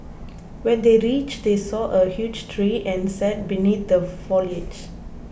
when they reached they saw a huge tree and sat beneath the foliage